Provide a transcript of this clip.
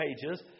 pages